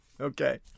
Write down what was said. Okay